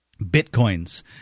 Bitcoins